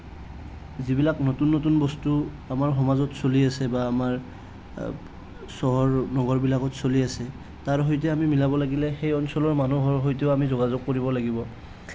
যিবিলাক নতুন নতুন বস্তু আমাৰ সমাজত চলি আছে নাইবা আমাৰ চহৰ নগৰ বিলাকত চলি আছে তাৰ সৈতে আমি মিলাব লাগিলে সেই অঞ্চলৰ মানুহৰ সৈতেও আমি মিলাব লাগিব